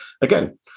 again